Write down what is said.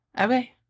Okay